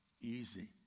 easy